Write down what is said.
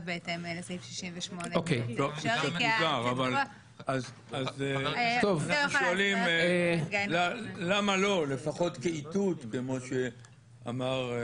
בהתאם לסעיף 68. למה לא לפחות כאיתות כמו שאמר חברי,